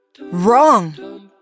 Wrong